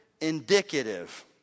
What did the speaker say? indicative